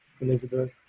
Elizabeth